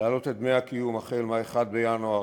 להעלות את דמי הקיום החל מ-1 בינואר